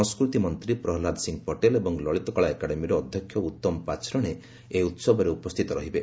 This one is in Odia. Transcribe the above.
ସଂସ୍କୃତି ମନ୍ତ୍ରୀ ପ୍ରହ୍ଲାଦ ସିଂ ପଟେଲ ଏବଂ ଲଳିତକଳା ଏକାଡେମୀର ଅଧ୍ୟକ୍ଷ ଉତ୍ତମ ପାଚରଣେ ଏହି ଉତ୍ସବରେ ଉପସ୍ଥିତ ରହିବେ